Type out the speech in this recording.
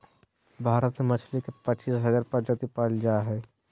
भारत में मछली के पच्चीस हजार प्रजाति पाल जा हइ